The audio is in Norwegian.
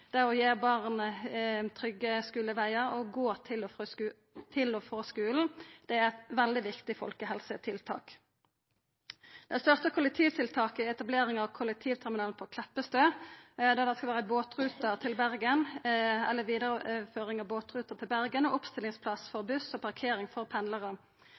det å gi barn trygge skulevegar, og det å gå til og frå skulen, er veldig viktige folkehelsetiltak. Det største kollektivtiltaket er etablering av kollektivterminalen på Kleppestø, der det skal vera ei vidareføring av båtrute til Bergen og oppstillingsplass for